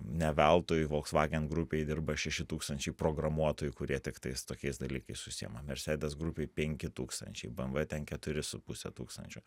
ne veltui volkswagen grupei dirba šeši tūkstančiai programuotojų kurie tiktais tokiais dalykais užsiima mercedes grupei penki tūkstančiai bmw ten keturi su puse tūkstančio